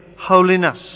holiness